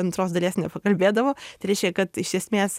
antros dalies nepakalbėdavo tai reiškia kad iš esmės